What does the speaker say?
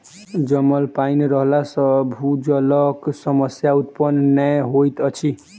जमल पाइन रहला सॅ भूजलक समस्या उत्पन्न नै होइत अछि